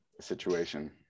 situation